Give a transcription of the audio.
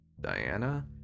Diana